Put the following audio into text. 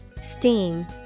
Steam